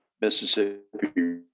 Mississippi